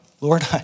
Lord